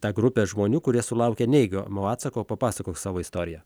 tą grupę žmonių kurie sulaukė neigiamo atsako papasakok savo istoriją